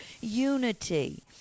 unity